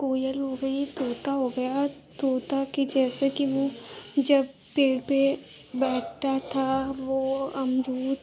कोयल हो गई तोता हो गया तोता के जैसे कि वह जब पेड़ पर बैठता था वह अमरूद